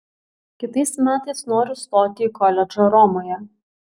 kitais metais noriu stoti į koledžą romoje